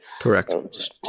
Correct